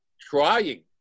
trying